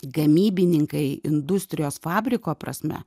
gamybininkai industrijos fabriko prasme